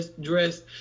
dressed